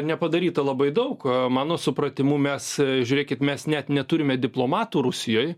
nepadaryta labai daug mano supratimu mes žiūrėkit mes net neturime diplomatų rusijoj